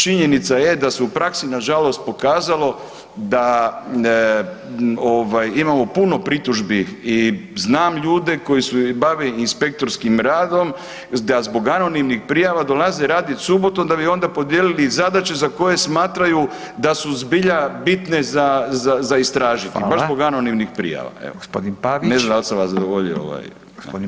Činjenica je da se u praksi nažalost pokazalo da ovaj, imamo puno pritužbi i znam ljude koji se bave inspektorskim radom, da zbog anonimnih prijava dolaze raditi subotom, da bi onda podijelili i zadaće za koje smatraju da su zbilja bitne za istražiti, baš zbog anonimnih prijava, evo, [[Upadica: Hvala.]] ne znam da li sam vas zadovoljio, ovaj.